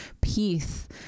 peace